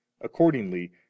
Accordingly